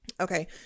Okay